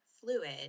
fluid